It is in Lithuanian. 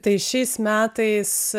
tai šiais metais